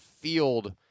field